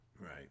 Right